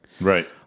Right